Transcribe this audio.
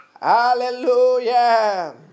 Hallelujah